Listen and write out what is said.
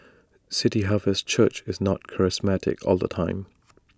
city harvest church is not charismatic all the time